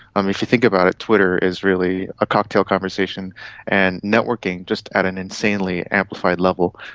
um if you think about it, twitter is really a cocktail conversation and networking, just at an insanely amplified level.